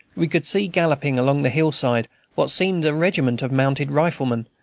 we could see galloping along the hillside what seemed a regiment of mounted riflemen,